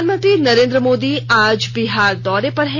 प्रधानमंत्री नरेंद्र मोदी आज बिहार दौरे पर हैं